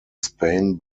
spain